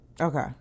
Okay